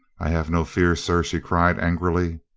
i have no fear, sir, she cried angrily.